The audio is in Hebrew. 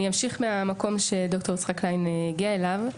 אמשיך מן המקום שד"ר יצחק קליין הגיע אליו.